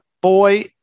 boy